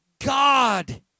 God